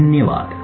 धन्यवाद